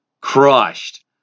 crushed